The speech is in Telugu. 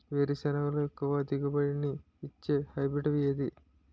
వేరుసెనగ లో ఎక్కువ దిగుబడి నీ ఇచ్చే హైబ్రిడ్ ఏది?